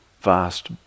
vast